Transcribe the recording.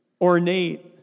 ornate